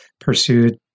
pursued